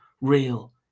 real